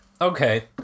Okay